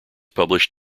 published